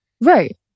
right